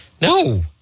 No